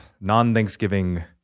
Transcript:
Non-Thanksgiving